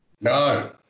no